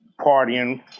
Partying